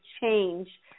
change